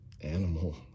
animal